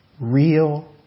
Real